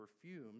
perfumes